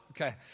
Okay